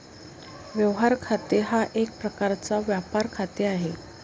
व्यवहार खाते हा एक प्रकारचा व्यापार खाते आहे